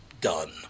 done